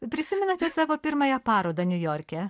prisimenate savo pirmąją parodą niujorke